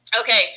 Okay